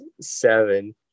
seven